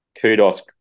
Kudos